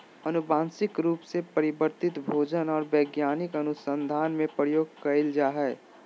आनुवंशिक रूप से परिवर्तित भोजन और वैज्ञानिक अनुसन्धान में प्रयोग कइल जा हइ